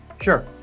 Sure